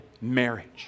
marriage